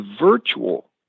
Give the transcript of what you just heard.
virtual